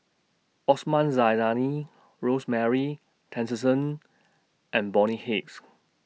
Osman Zailani Rosemary Tessensohn and Bonny Hicks